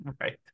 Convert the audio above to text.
right